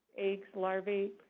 eggs, larvae,